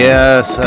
Yes